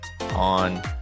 On